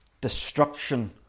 destruction